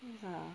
(uh huh)